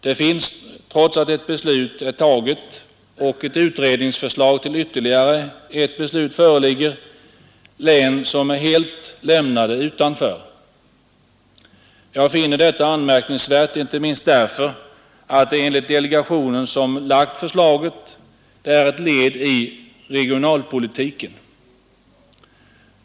Det finns, trots att ett beslut är taget och utredningsförslag till ytterligare ett beslut föreligger, län som är helt lämnade utanför. Jag anser detta anmärkningsvärt inte minst därför att utlokaliseringen, enligt delegationen som lagt förslaget, är ett led i regionalpolitiken.